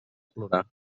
plorar